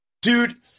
Dude